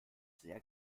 sehr